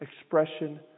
expression